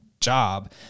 job